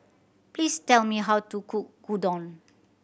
please tell me how to cook Gyudon